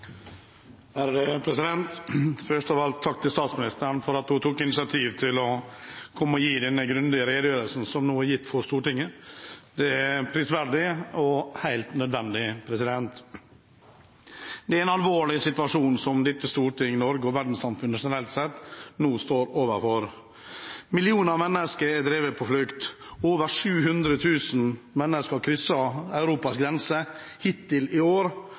Først av alt: Takk til statsministeren for at hun tok initiativ til å komme til Stortinget og gi denne grundige redegjørelsen. Det er prisverdig og helt nødvendig. Det er en alvorlig situasjon som dette storting, Norge og verdenssamfunnet generelt sett nå står overfor. Millioner av mennesker er drevet på flukt. Over 700 000 mennesker har krysset Europas grenser hittil i år,